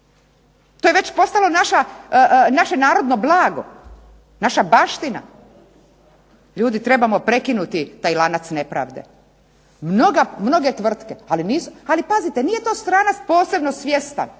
To je već postalo naše narodno blago, naša baština. Ljudi trebamo prekinuti taj lanac nepravde. Mnoge tvrtke, ali pazite nije to stranac posebno svjestan